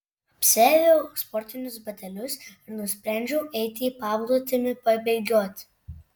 apsiaviau sportinius batelius ir nusprendžiau eiti į paplūdimį pabėgioti